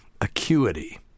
acuity